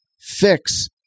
fix